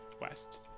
west